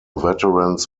veterans